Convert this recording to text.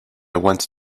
want